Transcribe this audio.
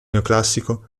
neoclassico